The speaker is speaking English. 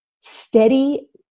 steady